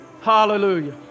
Hallelujah